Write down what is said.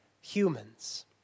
humans